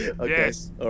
Yes